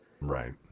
Right